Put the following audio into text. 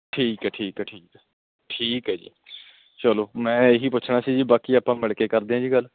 ਠੀਕ ਹੈ ਠੀਕ ਹੈ ਠੀਕ ਹੈ ਠੀਕ ਹੈ ਜੀ ਚਲੋ ਮੈਂ ਇਹੀ ਪੁੱਛਣਾ ਸੀ ਜੀ ਬਾਕੀ ਆਪਾਂ ਮਿਲ ਕੇ ਕਰਦੇ ਹਾਂ ਜੀ ਗੱਲ